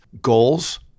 goals